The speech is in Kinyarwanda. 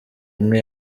imwe